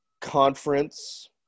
conference